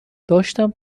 داشتم